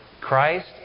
Christ